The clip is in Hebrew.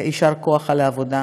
יישר כוח על העבודה.